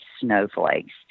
snowflakes